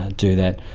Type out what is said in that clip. do that.